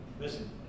Listen